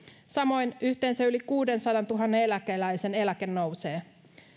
samoin yhteensä yli kuudensadantuhannen eläkeläisen eläke nousee